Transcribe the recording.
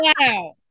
Wow